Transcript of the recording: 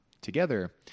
together